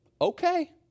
Okay